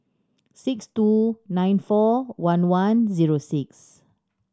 six two nine four one one zero six